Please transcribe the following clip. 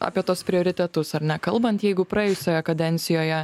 apie tuos prioritetus ar ne kalbant jeigu praėjusioje kadencijoje